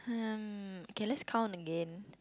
um okay let's count again